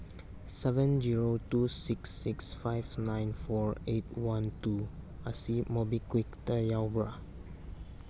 seven zero two six six five nine four eight one two ꯑꯁꯤ ꯃꯣꯕꯤꯀ꯭ꯋꯤꯛꯇ ꯌꯥꯎꯕ꯭ꯔ